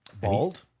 Bald